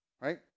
right